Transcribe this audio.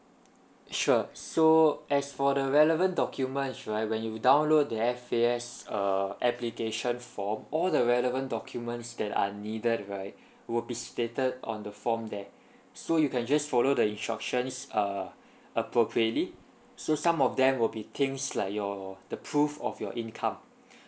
sure so as for the relevant documents right when you download the F_A_S uh application form all the relevant documents that are needed right will be stated on the form there so you can just follow the instructions uh appropriately so some of them will be things like your the proof of your income